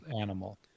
animal